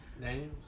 Names